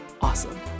Awesome